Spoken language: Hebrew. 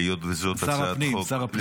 היות שזאת הצעת חוק -- שר הפנים.